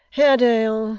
haredale,